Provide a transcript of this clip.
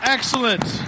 Excellent